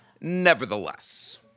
Nevertheless